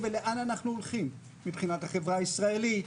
ולאן אנחנו הולכים מבחינת החברה הישראלית,